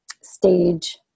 stage